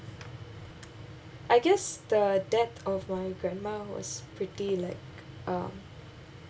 I guess the death of my grandma was pretty like